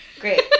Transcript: Great